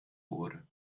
wurde